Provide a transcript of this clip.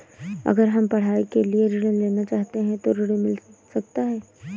अगर हम पढ़ाई के लिए ऋण लेना चाहते हैं तो क्या ऋण मिल सकता है?